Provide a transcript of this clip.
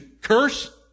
curse